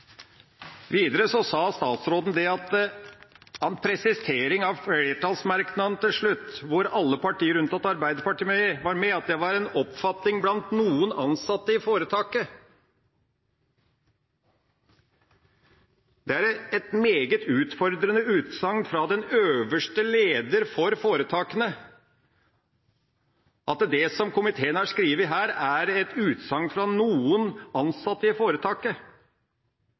sa statsråden, i en presisering av flertallsmerknaden til slutt, hvor alle partier unntatt Arbeiderpartiet er med, at det var en oppfatning blant noen ansatte i foretaket. Det er et meget utfordrende utsagn fra den øverste lederen av foretakene å si at det som komiteen har skrevet her, er et utsagn fra noen ansatte i foretaket.